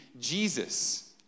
Jesus